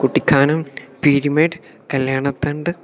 Kuttikkanam Peermade Kalyanathandu